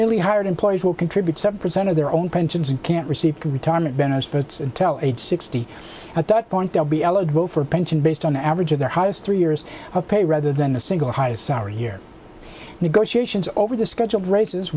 newly hired employees will contribute seven percent of their own pensions and can't receive retirement benefits and tell sixty at that point they'll be eligible for a pension based on average of their highest three years of pay rather than a single highest salary year negotiations over the scheduled races